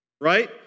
right